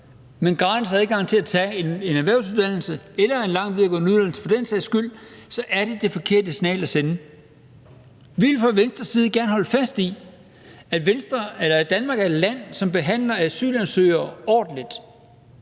du gratis adgang til at tage en erhvervsuddannelse eller for den sags skyld en lang videregående uddannelse; det er det forkerte signal at sende. Vi vil fra Venstres side gerne holde fast i, at Danmark er et land, som behandler asylansøgere ordentligt,